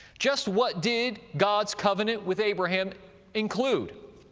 just what did god's covenant with abraham include?